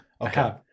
okay